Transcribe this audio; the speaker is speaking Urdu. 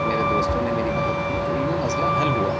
میرے دوستوں نے میری مدد کی تو یوں مسئلہ حل ہوا